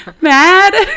mad